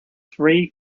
three